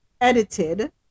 edited